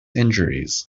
injuries